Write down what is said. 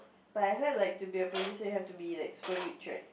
but I heard like to be a producer you have to be like super rich right